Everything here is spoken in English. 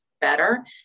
better